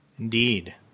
Indeed